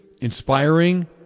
inspiring